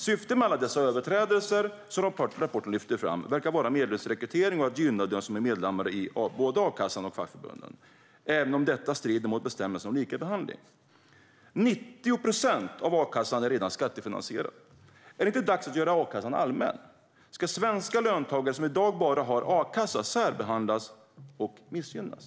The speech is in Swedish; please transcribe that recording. Syftet med alla dessa överträdelser som rapporten lyfter fram verkar vara medlemsrekrytering och att gynna dem som är medlemmar i både akassan och fackförbundet, även om detta strider mot bestämmelser om likabehandling. 90 procent av a-kassan är redan skattefinansierad. Är det inte dags att göra a-kassan allmän? Ska svenska löntagare som i dag bara har a-kassa särbehandlas och missgynnas?